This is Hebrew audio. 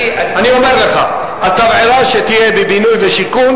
אני אומר לך: התבערה שתהיה בבינוי ושיכון